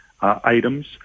items